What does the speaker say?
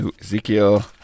Ezekiel